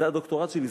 זה הדוקטורט שלי,